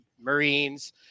Marines